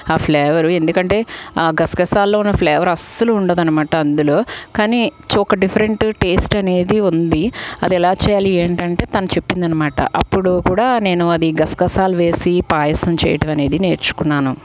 ఆ ఫ్లేవర్ ఎందుకంటే ఆ గసగసాల్లో ఉన్న ఫ్లేవర్ అస్సలు ఉండదనమాట అందులో కానీ ఒక డిఫరెంట్ టేస్ట్ అనేది ఉంది అది ఎలా చేయాలి ఏంటి అంటే తను చెప్పింది అనమాట అప్పుడు కూడా నేను అది గసగసాలు వేసి పాయసం చేయటం అనేది నేర్చుకున్నాను